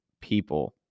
people